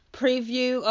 preview